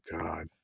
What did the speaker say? God